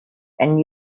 and